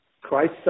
Christ